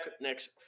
next